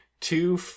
Two